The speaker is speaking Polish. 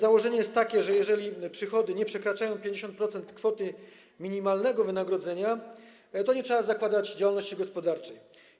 Założenie jest takie, że jeżeli przychody nie przekraczają 50% kwoty minimalnego wynagrodzenia, to nie trzeba zakładać działalności gospodarczej.